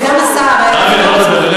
סגן השר אבי וורצמן.